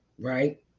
Right